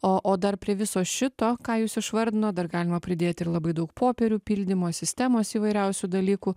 o o dar prie viso šito ką jūs išvardinot dar galima pridėt ir labai daug popierių pildymo sistemos įvairiausių dalykų